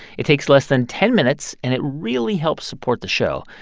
it takes less than ten minutes, and it really helps support the show.